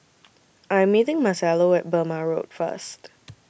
I Am meeting Marcelo At Burmah Road First